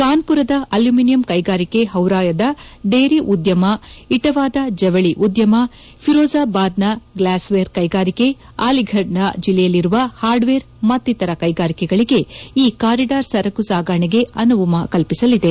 ಕಾನ್ಸುರದ aluminium ಕ್ಷೆಗಾರಿಕೆ ಹೌರಾಯದ dairy ಉದ್ಯಮ ಇಟಾವಾದ ಜವಳಿ ಉದ್ಯಮ ಫಿರೋಜಾಬಾದ್ನ ಗ್ಲಾಸ್ವೇರ್ ಕೈಗಾರಿಕೆ ಅಲಿಫರ್ ಜಿಲ್ಲೆಯಲ್ಲಿರುವ ಹಾರ್ಡ್ವೇರ್ ಮತ್ತಿತರ ಕೈಗಾರಿಕೆಗಳಿಗೆ ಈ ಕಾರಿಡಾರ್ ಸರಕು ಸಾಗಾಣೆಗೆ ಅನುವು ಕಲ್ಪಿಸಲಿದೆ